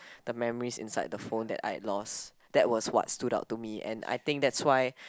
the memories inside the phone that I lost that was what stood out to me and I think that's why